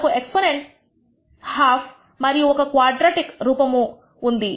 మనకు exponents half మనకు ఒక క్వాడ్రాటిక్ రూపము ఉంది